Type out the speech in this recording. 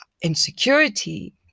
insecurity